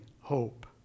hope